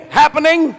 happening